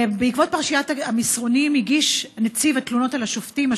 בעקבות פרשיית המסרונים הגיש נציב התלונות על השופטים,